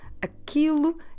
aquilo